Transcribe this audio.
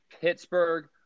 Pittsburgh